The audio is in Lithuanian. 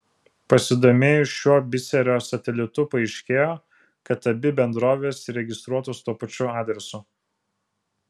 pasidomėjus šiuo biserio satelitu paaiškėjo kad abi bendrovės įregistruotos tuo pačiu adresu